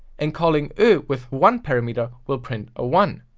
and calling oe with one parameter will print a one.